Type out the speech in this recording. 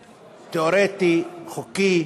תיאורטי, חוקי,